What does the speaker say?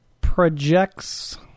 projects